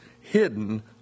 hidden